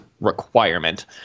requirement